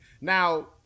now